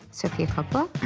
sofia coppola?